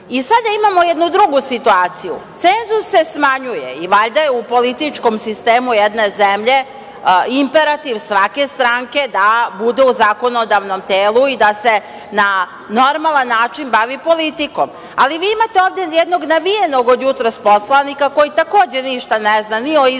imamo jednu drugu situaciju. Cenzus se smanjuje i valjda je u političkom sistemu jedne zemlje imperativ svake stranke da bude u zakonodavnom telu i da se na normalan način bavi politiko. Ali, vi imate ovde jednog navijenog od jutros poslanika, koji takođe ništa ne zna, ni o izbornom